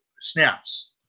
snaps